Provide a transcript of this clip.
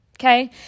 Okay